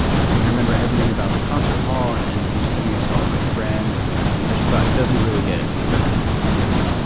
i remember everything about the concert hall and and i'm sitting next to all my friends and i just thought it doesn't really get any better than this